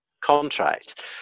contract